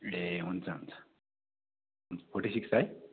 ए हुन्छ हुन्छ हुन्छ फोर्टी सिक्स है